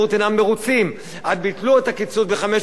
אז ביטלו את הקיצוץ ב-540 מיליון שקל.